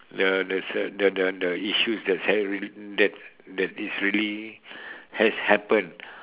the the ce~ the the the the the issues that celebrity that that is really has happen